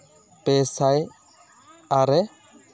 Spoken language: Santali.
ᱯᱮ ᱥᱟᱭ ᱟᱨᱮ